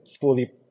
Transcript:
fully